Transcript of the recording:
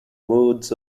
modes